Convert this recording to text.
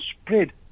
spread